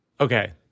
Okay